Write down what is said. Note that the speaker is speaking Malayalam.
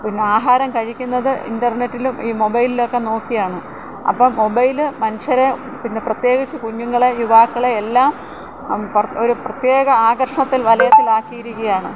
പിന്നെ ആഹാരം കഴിക്കുന്നത് ഇൻറ്റർനെറ്റിലും ഈ മൊബൈൽ ഒക്കെ നോക്കിയാണ് അപ്പം മൊബൈല് മനുഷ്യരെ പിന്നെ പ്രത്യേകിച്ച് കുഞ്ഞുങ്ങളെ യുവാക്കളെ എല്ലാം ഒരു പ്രത്യേക ആകർഷണത്തിൽ വലയത്തിൽ ആക്കിയിരിക്കുകയാണ്